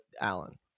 Alan